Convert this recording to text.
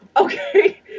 Okay